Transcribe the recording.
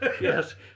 Yes